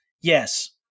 Yes